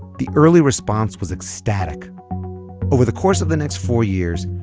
the early response was ecstatic over the course of the next four years,